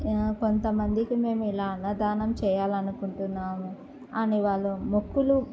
కొంతమందికి మేము ఇలా అన్నదానం చేయాలి అనుకుంటున్నాము అని వాళ్ళు మొక్కులు